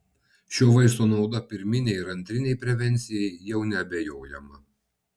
šio vaisto nauda pirminei ir antrinei prevencijai jau neabejojama